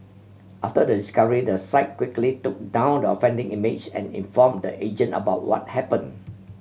after the discovery the site quickly took down the offending image and inform the agent about what happen